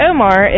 Omar